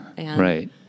Right